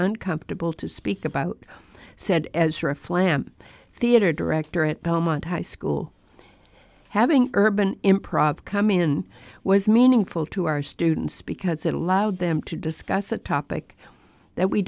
uncomfortable to speak about said as for a flam theater director at belmont high school having urban improv come in was meaningful to our students because it allowed them to discuss a topic that we